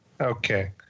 Okay